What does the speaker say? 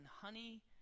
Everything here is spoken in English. honey